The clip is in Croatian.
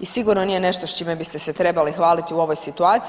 i sigurno nije nešto s čime biste se trebali hvaliti u ovoj situaciji.